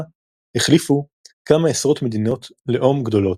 החליפו כמה עשרות מדינות לאום גדולות,